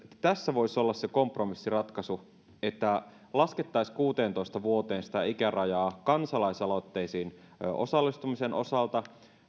tässä voisi olla kompromissiratkaisu se että laskettaisiin kuuteentoista vuoteen sitä ikärajaa kansalaisaloitteisiin osallistumisen osalta